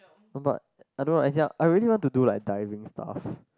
no but I don't know as in I really want to do like diving stuff